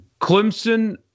clemson